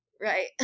Right